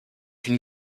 une